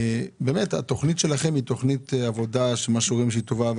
התכנית שלכם היא תכנית עבודה והיא טובה.